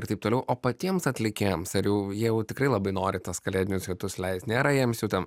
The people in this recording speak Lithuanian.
ir taip toliau o patiems atlikėjams ar jau jie jau tikrai labai nori tuos kalėdinius hitus leist nėra jiems jau ten